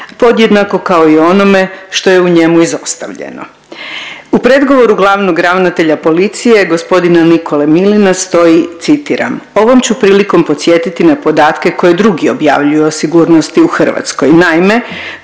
podjednako kao i o onome što je u njemu izostavljeno. U predgovoru glavnog ravnatelja policije gospodina Nikole Miljana stoji citiram, ovom ću prilikom podsjetiti na podatke koje drugi objavljuju o sigurnosti u Hrvatskoj, naime